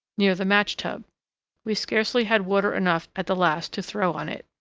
near the match tub we scarcely had water enough at the last to throw on it.